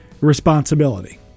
Responsibility